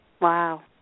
Wow